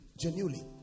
genuinely